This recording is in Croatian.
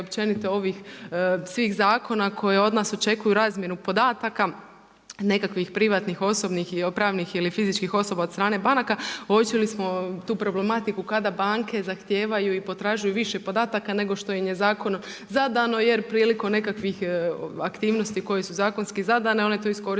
ovih svih zakona koje od nas očekuju razmjenu podataka, nekakvih privatnih, osobnih, pravnih ili fizičkih osoba od strane banaka, uočili smo tu problematiku kada banke zahtijevaju i potražuju više podataka nego što im je zakonom zadano jer prilikom nekakvih aktivnosti koje su zakonski zadane, one to iskoriste